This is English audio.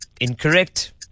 Incorrect